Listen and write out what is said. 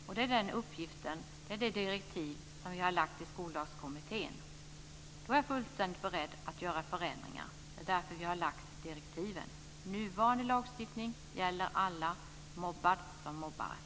Och det är det direktiv som vi har gett Skollagskommittén. Då är jag helt beredd att göra förändringar. Det är därför som vi har gett direktiven. Nuvarande lagstiftning gäller alla, mobbade och mobbare.